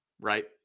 Right